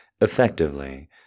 effectively